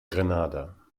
grenada